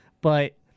but-